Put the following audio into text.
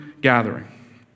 gathering